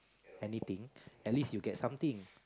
anything at least you get something